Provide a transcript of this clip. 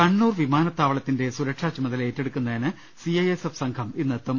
കണ്ണൂർ വിമാനത്താവളത്തിന്റെ സുരക്ഷാ ചുമതല ഏറ്റെടുക്കുന്നതിന് സി ഐ എസ് എഫ് സംഘം ഇന്നെത്തും